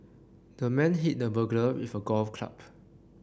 the man hit the burglar with a golf club